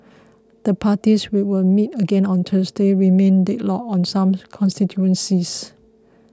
the parties which will meet again on Thursday remain deadlocked on some constituencies